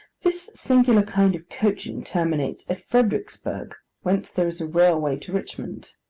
this singular kind of coaching terminates at fredericksburgh, whence there is a railway to richmond.